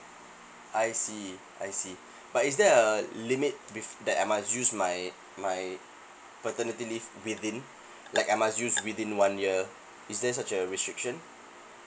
I see I see but is there a limit with that I might use my my paternity leave within like I must use within one year is there such a restriction